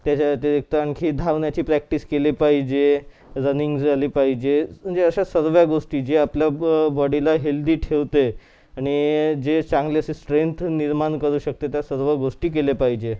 त्याच्यासाठी एक तर आणखी धावण्याची प्रॅक्टिस केली पाहिजे रनिंग झाली पाहिजे म्हणजे अशा सर्व गोष्टी ज्या आपल्या बअ बॉडीला हेल्थी ठेवते आणि जे चांगले असे स्ट्रेंथ निर्माण करू शकते त्या सर्व गोष्टी केल्या पाहिजे